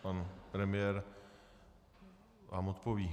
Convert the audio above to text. Pan premiér vám odpoví.